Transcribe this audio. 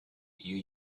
you